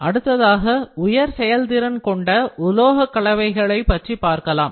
அடுத்ததாக உயர் செயல்திறன் உலோக கலவைகளை பற்றி பார்க்கலாம்